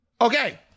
Okay